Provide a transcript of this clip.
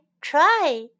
try